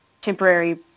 temporary